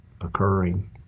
occurring